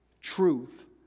truth